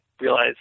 realize